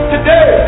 Today